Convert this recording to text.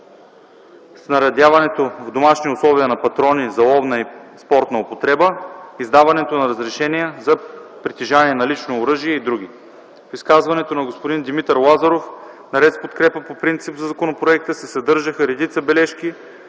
снарядяването в домашни условия на патрони за ловна и спортна употреба, издаването на разрешения за притежание на лично оръжие и др. В изказването на господин Димитър Лазаров, наред с подкрепата по принцип за законопроекта, се съдържаха редица бележки